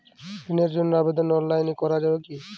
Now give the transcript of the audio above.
ঋণের জন্য আবেদন অনলাইনে করা যাবে কি?